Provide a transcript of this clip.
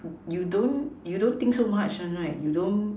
you don't you don't think so much [one] right you don't